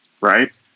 right